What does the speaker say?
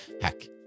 heck